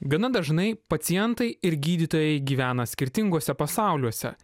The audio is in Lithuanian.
gana dažnai pacientai ir gydytojai gyvena skirtinguose pasauliuose